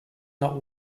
not